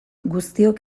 guztiok